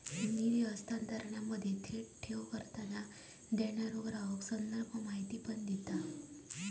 निधी हस्तांतरणामध्ये, थेट ठेव करताना, देणारो ग्राहक संदर्भ माहिती पण देता